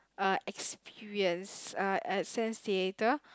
uh experience uh at Sands-Theatre